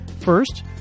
First